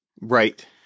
Right